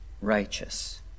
righteous